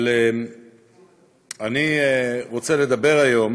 אבל אני רוצה לדבר היום